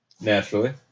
Naturally